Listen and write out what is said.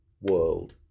world